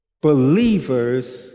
Believers